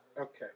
Okay